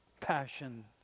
passion